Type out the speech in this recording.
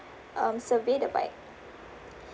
um survey the bike